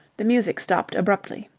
the music stopped abruptly.